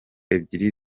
ebyiri